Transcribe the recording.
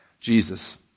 Jesus